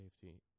safety